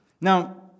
Now